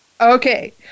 Okay